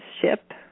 ship